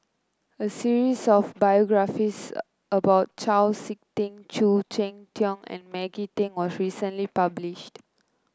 a series of biographies about Chau SiK Ting Khoo Cheng Tiong and Maggie Teng was recently published